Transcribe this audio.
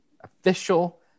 Official